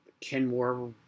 Kenmore